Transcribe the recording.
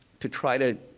to try to